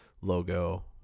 logo